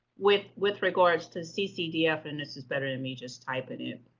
with with regards to ccdf and this is better than me just typing it in.